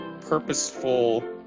purposeful